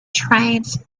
trains